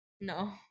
No